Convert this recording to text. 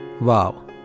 Wow